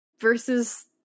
versus